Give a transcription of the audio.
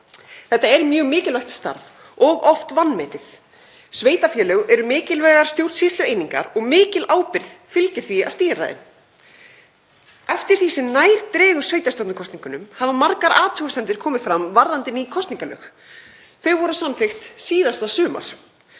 Þetta er mjög mikilvægt starf og oft vanmetið. Sveitarfélög eru mikilvægar stjórnsýslueiningar og mikil ábyrgð fylgir því að stýra þeim. Eftir því sem nær dregur sveitarstjórnarkosningunum hafa margar athugasemdir komið fram varðandi ný kosningalög en þau voru samþykkt síðasta sumar.